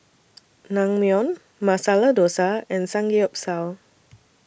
Naengmyeon Masala Dosa and Samgyeopsal